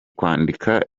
kwandika